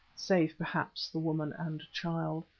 save perhaps the woman and child.